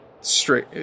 straight